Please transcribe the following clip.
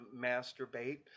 masturbate